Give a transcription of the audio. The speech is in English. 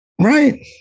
Right